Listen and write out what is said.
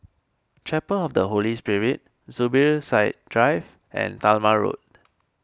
Chapel of the Holy Spirit Zubir Said Drive and Talma Road